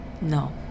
No